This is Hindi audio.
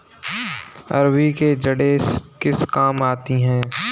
अरबी की जड़ें किस काम आती हैं?